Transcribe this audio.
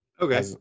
Okay